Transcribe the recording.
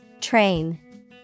Train